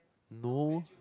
no